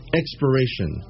expiration